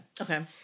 Okay